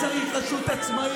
אז צריך רשות עצמאית.